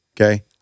Okay